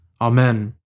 Amen